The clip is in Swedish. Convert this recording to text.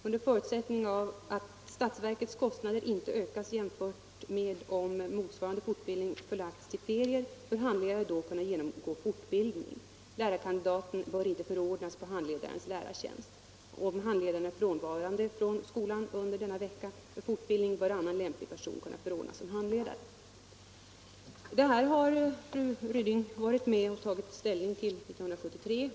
Under förutsättning att stats — didater verkets kostnader inte ökas jämfört med om motsvarande fortbildning förlagts till ferier, bör handledare då kunna genomgå fortbildning. Lärarkandidaten bör inte förordnas på handledarens lärartjänst. Om handledaren är frånvarande från skolan under denna vecka för fortbildning, bör annan lämplig person kunna förordnas som handledare.” Detta har fru Ryding tagit ställning till 1973.